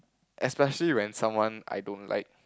especially when someone I don't like